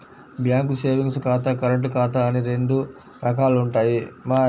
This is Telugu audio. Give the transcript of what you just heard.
బ్యాంకు సేవింగ్స్ ఖాతా, కరెంటు ఖాతా అని రెండు రకాలుంటయ్యి